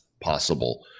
possible